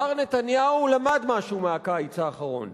מר נתניהו למד משהו מהקיץ האחרון,